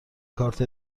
کارت